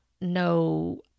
no